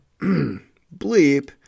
bleep